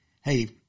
Hey